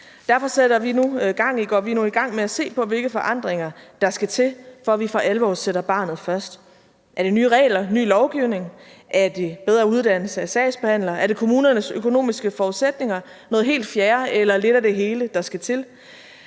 Derfor går vi nu i gang med at se på, hvilke forandringer der skal til, for at vi for alvor sætter barnet først. Er det nye regler og ny lovgivning, er det bedre uddannelse af sagsbehandlere, er det kommunernes økonomiske forudsætninger, noget helt fjerde eller lidt af det hele, der skal til?